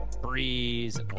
Breeze